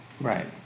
Right